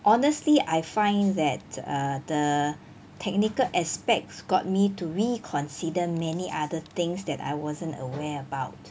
honestly I find that err the technical aspects got me to reconsider many other things that I wasn't aware about